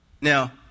Now